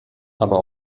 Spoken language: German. aber